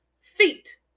feet